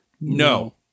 No